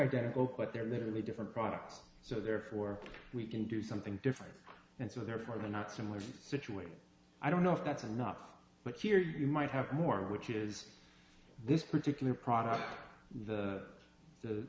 identical but they're literally different products so therefore we can do something different and so therefore the not similar situation i don't know if that's enough but here you might have more which is this particular product the